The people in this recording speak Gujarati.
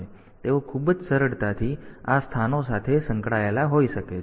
તેથી તેઓ ખૂબ જ સરળતાથી આ સ્થાનો સાથે સંકળાયેલા હોઈ શકે છે